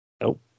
Nope